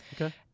okay